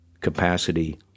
capacity